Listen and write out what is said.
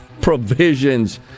provisions